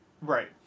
Right